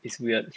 it's weird